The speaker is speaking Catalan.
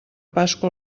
pasqua